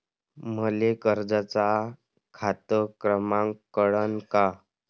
मले कर्जाचा खात क्रमांक कळन का?